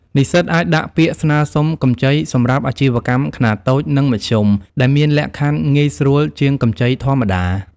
និស្សិតអាចដាក់ពាក្យស្នើសុំកម្ចីសម្រាប់អាជីវកម្មខ្នាតតូច និងមធ្យម ដែលមានលក្ខខណ្ឌងាយស្រួលជាងកម្ចីធម្មតា។